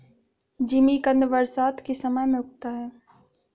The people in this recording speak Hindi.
जिमीकंद बरसात के समय में उगता है